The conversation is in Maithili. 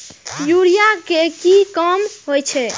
यूरिया के की काम होई छै?